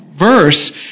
verse—